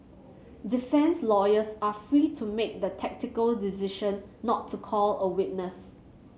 defence lawyers are free to make the tactical decision not to call a witness